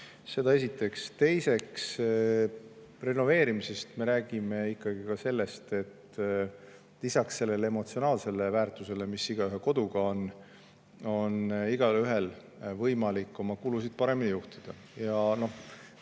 Seda esiteks. Teiseks, renoveerimise puhul me räägime ikkagi sellest, et lisaks emotsionaalsele väärtusele, mis igaühel koduga on, on igaühel võimalik oma kulusid paremini juhtida. Minu